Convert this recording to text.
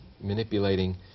manipulating